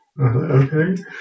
Okay